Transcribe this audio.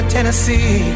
Tennessee